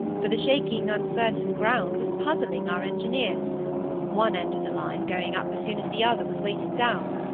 for the shaking, uncertain ground was puzzling our engineers one end of the line going up as soon as the other was weighted down.